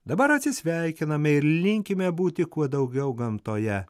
dabar atsisveikiname ir linkime būti kuo daugiau gamtoje